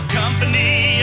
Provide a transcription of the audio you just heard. company